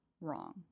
wrong